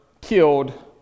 killed